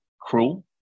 cruel